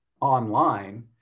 online